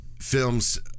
films